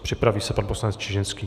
Připraví se pan poslanec Čižinský.